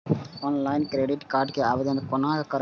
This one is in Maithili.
ऑनलाईन क्रेडिट कार्ड के आवेदन कोना करब?